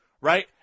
Right